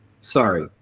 Sorry